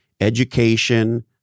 education